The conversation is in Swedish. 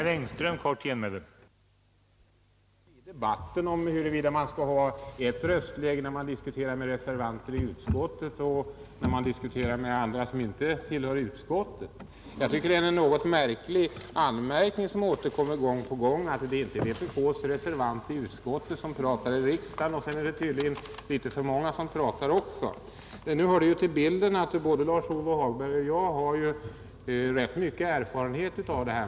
Herr talman! Jag skall inte lägga mig i debatten om huruvida man skall ha ett röstläge när man diskuterar med reservanter i utskottet och ett annat när man diskuterar med ledamöter som inte tillhör utskottet. Jag tycker att det är en något underlig anmärkning som återkommer gång på gång, nämligen att det inte är vpk:s reservant i utskottet som pratar i riksdagen, Sedan är det tydligen litet för många som pratar. Nu hör det till bilden att både Lars-Ove Hagberg och jag har rätt stor erfarenhet av detta.